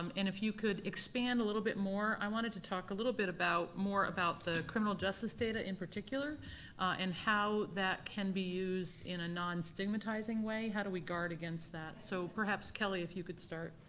um if you could expand a little bit more, i wanted to talk a little bit about, more about the criminal justice data in particular and how that can be used in a non-stigmatizing way, how do we guard against that? so, perhaps kelly, if you could start?